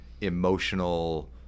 emotional